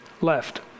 left